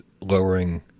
lowering